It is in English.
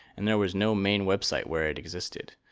and there was no main website where it existed.